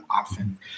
often